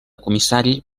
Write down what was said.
comissari